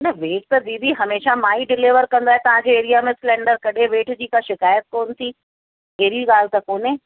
न वेट त दीदी हमेशा मां ई डिलेवर कंदो आहियां तव्हांजे एरिया में सिलेंडर कॾहिं वेट जी का शिकायत कोन थी अहिड़ी ॻाल्हि त कोन्हे